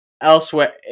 Elsewhere